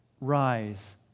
Rise